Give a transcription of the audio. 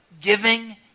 giving